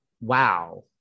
wow